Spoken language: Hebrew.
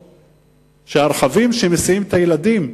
שהרכבים שמסיעים את הילדים,